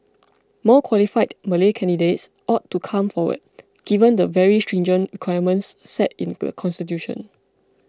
more qualified Malay candidates ought to come forward given the very stringent requirements set in the constitution